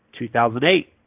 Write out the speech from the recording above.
2008